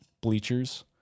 bleachers